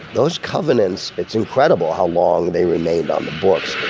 those covenants it's incredible how long they remained on the books